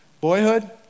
Boyhood